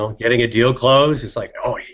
um getting a deal closed it's like oh yeah!